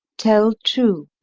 tell true.